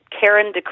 Karen